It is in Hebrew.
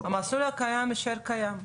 המסלול הקיים יישאר קיים.